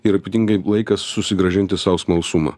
ir ypatingai laikas susigrąžinti sau smalsumą